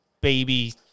baby